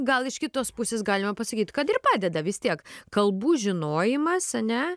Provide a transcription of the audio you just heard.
gal iš kitos pusės galima pasakyt kad ir padeda vis tiek kalbų žinojimas ane